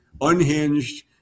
unhinged